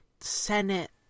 Senate